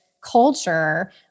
culture